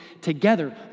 together